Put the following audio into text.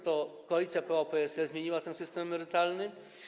To koalicja PO-PSL zmieniła ten system emerytalny.